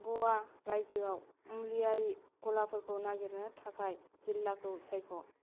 ग'वा रायजोआव मुलिआरि गलाफोरखौ नागिरनो थाखाय जिल्लाखौ सायख'